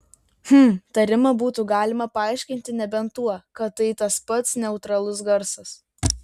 hm tarimą būtų galima paaiškinti nebent tuo kad tai tas pats neutralus garsas